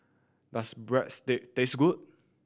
does Breadsticks taste good